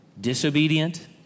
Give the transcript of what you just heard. disobedient